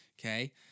Okay